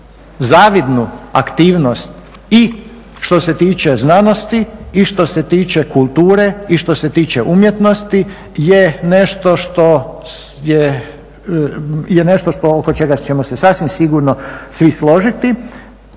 zavidnu aktivnost i što se tiče znanosti, i što se tiče kulture, i što se tiče umjetnosti je nešto što je, je nešto oko čega ćemo se sasvim sigurno svi složiti.